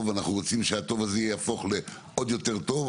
ואנחנו רוצים שהטוב הזה יהפוך לעוד יותר טוב,